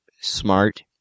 smart